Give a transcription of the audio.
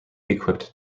equipped